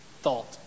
thought